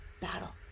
battle